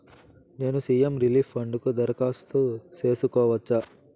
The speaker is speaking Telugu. నేను సి.ఎం రిలీఫ్ ఫండ్ కు దరఖాస్తు సేసుకోవచ్చా?